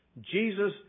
Jesus